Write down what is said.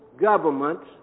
governments